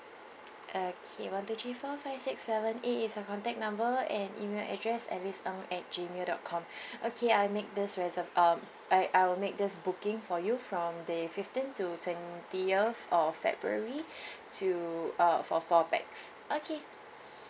okay one two three four five six seven eight is your contact number and email address alice ng at gmail dot com okay I make this reserv~ um I I will make this booking for you from the fifteen to twentieth of february to uh for four pax okay